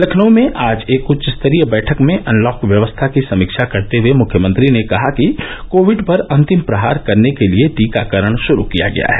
लखनऊ में आज एक उच्च स्तरीय बैठक में अनलॉक व्यवस्था की समीक्षा करते हुए मुख्यमंत्री ने कहा कि कोविड पर अंतिम प्रहार करने के लिए टीकाकरण शुरू किया गया है